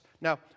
Now